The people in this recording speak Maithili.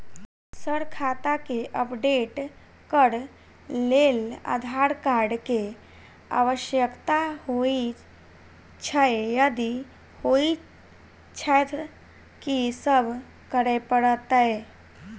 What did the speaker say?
सर खाता केँ अपडेट करऽ लेल आधार कार्ड केँ आवश्यकता होइ छैय यदि होइ छैथ की सब करैपरतैय?